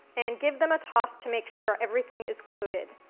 and give them a toss to make sure everything is coated.